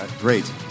Great